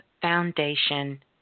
foundation